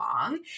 long